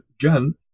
Jen